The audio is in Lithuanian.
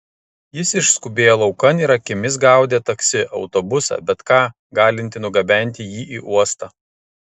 jis išskubėjo laukan ir akimis gaudė taksi autobusą bet ką galintį nugabenti jį į uostą